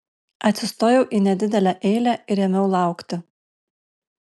atsistojau į nedidelę eilę ir ėmiau laukti